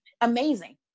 amazing